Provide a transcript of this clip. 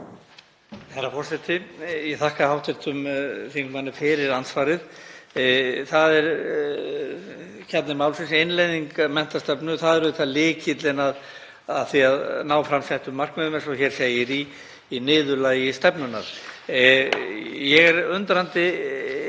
auðvitað lykillinn að því að ná fram settum markmiðum eins og hér segir í niðurlagi stefnunnar. Ég er undrandi